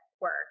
Work